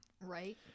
Right